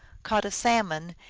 caught a salmon,